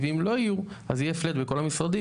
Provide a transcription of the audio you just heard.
ואם לא יהיו אז זה יהיה flat בכל המשרדים,